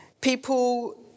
people